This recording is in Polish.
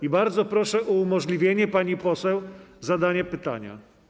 I bardzo proszę o umożliwienie pani poseł zadania pytania.